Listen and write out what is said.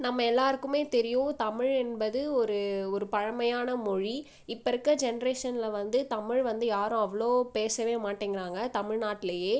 நம்ப எல்லாருக்குமே தெரியும் தமிழென்பது ஒரு ஒரு பழமையான மொழி இப்போருக்க ஜென்ரேஷனில் வந்து தமிழ் வந்து யாரும் அவ்வளோ பேசவே மாட்டேங்கிறாங்க தமிழ்நாட்டுலியே